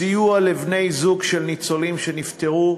סיוע לבני-זוג של ניצולים שנפטרו.